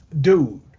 Dude